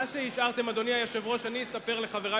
מה שהשארתם, אדוני היושב-ראש, אני אספר לחברי